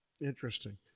Interesting